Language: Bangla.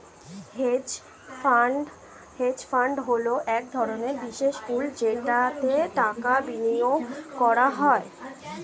হেজ ফান্ড হলো এক ধরনের বিশেষ পুল যেটাতে টাকা বিনিয়োগ করা হয়